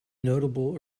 notable